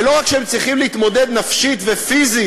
ולא רק שהם צריכים להתמודד נפשית ופיזית